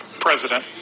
President